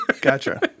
Gotcha